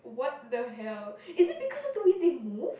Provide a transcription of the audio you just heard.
what the hell is it because of the way they move